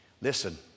Listen